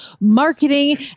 marketing